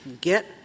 get